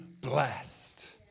blessed